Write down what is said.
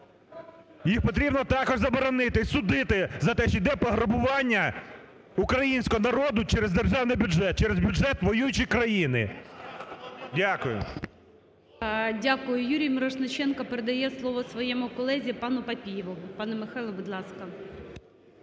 їх потрібно також заборонити і судити за те, що йде пограбування українського народу через державний бюджет, через бюджет воюючої країни. Дякую. ГОЛОВУЮЧИЙ. Дякую. Юрій Мірошниченко передає слово своєму колезі пану Папієву. Пане Михайле, будь ласка.